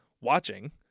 watching